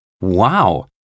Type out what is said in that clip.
Wow